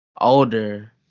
older